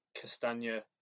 Castagna